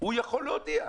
והוא יכול להודיע.